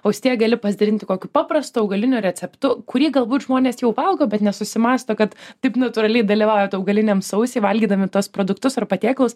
austėja gali pasidalinti kokiu paprastu augaliniu receptu kurį galbūt žmonės jau valgo bet nesusimąsto kad taip natūraliai dalyvaujant augaliniam sausį valgydami tuos produktus ar patiekalus